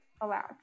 allowed